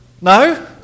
no